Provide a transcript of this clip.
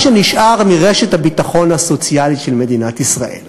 שנשאר ברשת הביטחון הסוציאלית של מדינת ישראל.